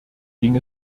ging